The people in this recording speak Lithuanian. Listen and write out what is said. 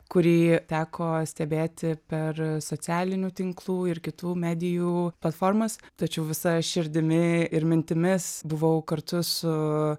kurį teko stebėti per socialinių tinklų ir kitų medijų platformas tačiau visa širdimi ir mintimis buvau kartu su